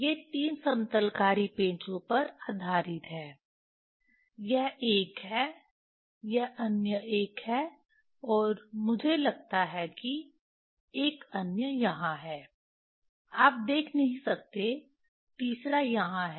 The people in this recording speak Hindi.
यह 3 समतलकारी पेंचो पर आधारित है यह एक है यह अन्य एक है और मुझे लगता है कि एक अन्य यहाँ है आप देख नहीं सकते तीसरा यहाँ है